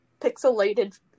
Pixelated